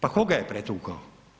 Pa tko ga je pretukao?